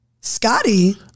Scotty